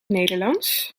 nederlands